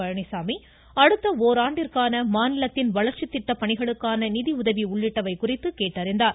பழனிசாமி அடுத்த இராண்டிற்கான மாநிலத்தின் வளர்ச்சித் திட்டப்பணிகளுக்கான நிதியுதவி உள்ளிட்டவைகள் குறித்து கேட்டறிகிறார்